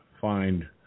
find